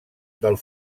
del